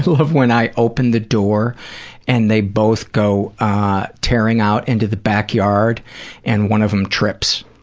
when i open the door and they both go ah tearing out into the back yard and one of them trips.